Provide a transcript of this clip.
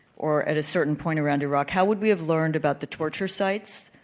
or at a certain point around iraq, how would we have learned about the torture sites,